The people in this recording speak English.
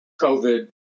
COVID